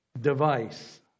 device